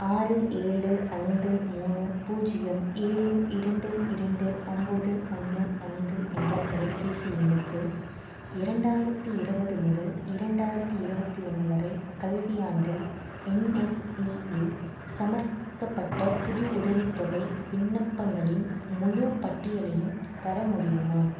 ஆறு ஏழு ஐந்து மூணு பூஜ்ஜியம் ஏழு இரண்டு இரண்டு ஒம்போது ஒன்று ஐந்து என்ற தொலைபேசி எண்ணுக்கு இரண்டாயிரத்தி இருபது முதல் இரண்டாயிரத்தி இருபத்தி ஒன்று வரை கல்வியாண்டில் என்எஸ்பி இல் சமர்ப்பிக்கப்பட்ட புது உதவித்தொகை விண்ணப்பங்களின் முழு பட்டியலையும் தர முடியுமா